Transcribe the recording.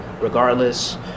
regardless